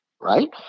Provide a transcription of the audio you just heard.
Right